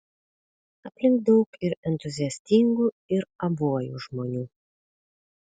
aplink daug ir entuziastingų ir abuojų žmonių